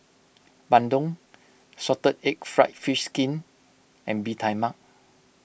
Bandung Salted Egg Fried Fish Skin and Bee Tai Mak